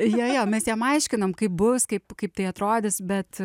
jo jo mes jam aiškinom kaip bus kaip kaip tai atrodys bet